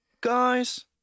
Guys